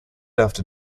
after